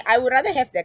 I would rather have that